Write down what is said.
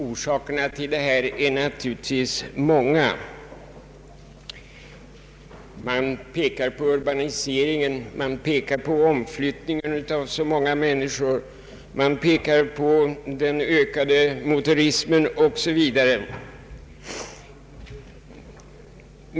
Orsakerna är naturligtvis många. Man pekar på urbaniseringen och omflyttningen av många människor, den ökade motorismen o. s. v.